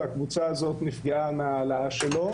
והקבוצה הזאת נפגעה מהעלאה שלו.